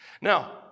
Now